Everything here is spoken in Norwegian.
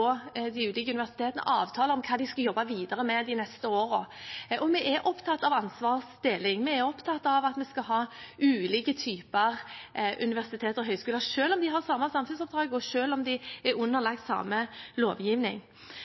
de ulike universitetene avtaler om hva de skal jobbe videre med de neste årene. Vi er opptatt av ansvarsdeling, vi er opptatt av at vi skal ha ulike typer universiteter og høyskoler selv om de har samme samfunnsoppdrag, og selv om de er underlagt samme lovgivning.